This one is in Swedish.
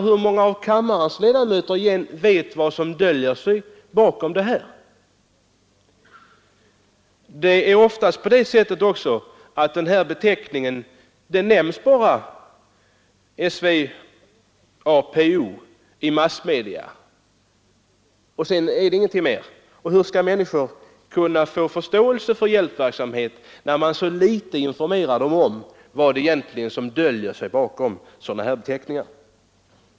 Hur många av kammarens ledamöter vet vad som döljer sig bakom det namnet? I massmedia kallas organisationen oftast bara för SWAPO, och sedan är det ingenting mer med det. Hur skall människor kunna få förståelse för hjälpverksamhet, när man så litet informerar dem om vad som döljer sig bakom sådana här beteckningar?